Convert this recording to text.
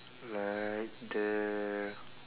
like the